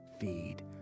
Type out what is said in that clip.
feed